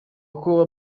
ngo